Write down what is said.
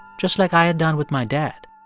just like i had done with my dad